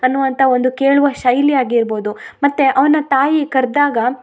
ಅನ್ನುವಂಥ ಒಂದು ಕೇಳುವ ಶೈಲಿ ಆಗಿರ್ಬೋದು ಮತ್ತು ಅವನ ತಾಯಿ ಕರೆದಾಗ